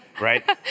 right